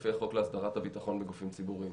לפי החוק להסדרת הביטחון בגופים ציבוריים.